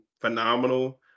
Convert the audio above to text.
phenomenal